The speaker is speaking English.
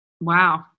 wow